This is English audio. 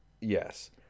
yes